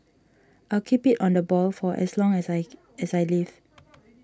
I'll keep it on the boil for as long as I as I live